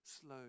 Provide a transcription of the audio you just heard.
slow